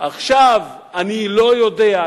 עכשיו אני לא יודע,